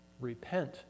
Repent